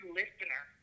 listener